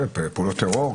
ופעולות טרור.